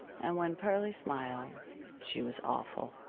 and when pearlie smiled she was awful.